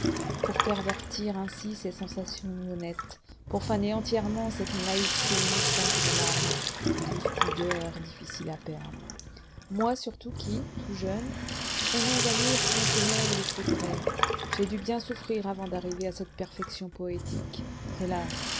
pour pervertir ainsi ses sensations honnêtes pour faner entièrement cette naïveté innocente de l'âme douce pudeur difficile à perdre moi surtout qui tout jeune aimais à lire fontenelle et segrais j'ai dû bien souffrir avant d'arriver à cette perfection poétique hélas